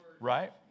right